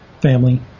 family